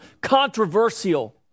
controversial